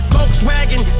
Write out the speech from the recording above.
Volkswagen